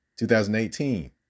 2018